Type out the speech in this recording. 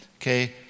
okay